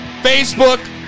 Facebook